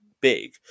big